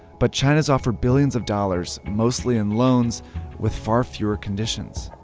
but china's offered billions of dollars mostly in loans with far fewer conditions.